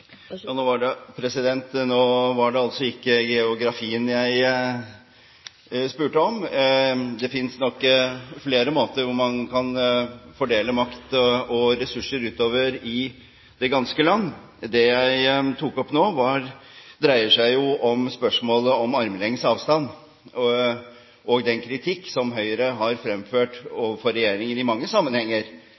Nå var det altså ikke geografien jeg spurte om. Det finnes nok flere måter å fordele makt og ressurser utover i det ganske land på. Det jeg tok opp nå, dreier seg om spørsmålet om armlengdes avstand og den kritikk Høyre har fremført overfor regjeringen i mange sammenhenger,